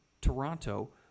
Toronto